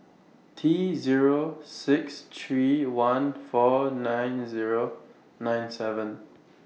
T Zero six three one four nine Zero nine seven